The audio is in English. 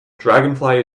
dragonfly